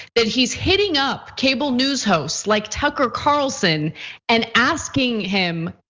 that he's hitting up cable news hosts like tucker carlson and asking him,